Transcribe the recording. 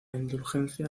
indulgencia